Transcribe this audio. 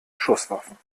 schusswaffen